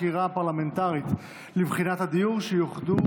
חקירה פרלמנטרית לבחינת פתרונות הדיור שיוחדו